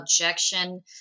objection